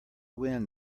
wind